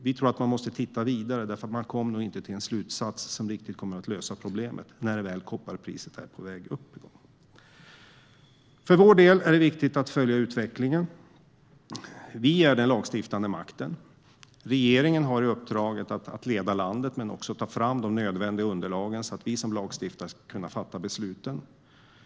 Vi tror att man måste titta vidare, för man kom nog inte till en slutsats som riktigt kommer att lösa problemet när kopparpriset väl är på väg upp igen. För vår del är det viktigt att följa utvecklingen, Vi är den lagstiftande makten. Regeringen har i uppdrag att leda landet men också att ta fram de nödvändiga underlagen så att vi som lagstiftare ska kunna fatta besluten.